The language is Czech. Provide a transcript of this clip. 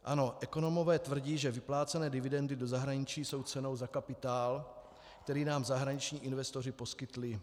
Ano, ekonomové tvrdí, že vyplácené dividendy do zahraničí jsou cenou za kapitál, který nám zahraniční investoři poskytli.